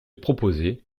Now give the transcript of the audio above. proposer